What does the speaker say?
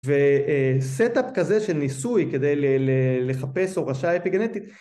וסטאפ כזה של ניסוי כדי לחפש הורשה אפיגנטית